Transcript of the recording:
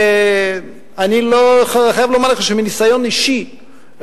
אני חייב לומר לך שמניסיון אישי,